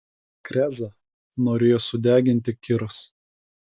krezą norėjo sudeginti kiras